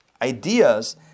ideas